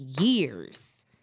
years